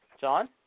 John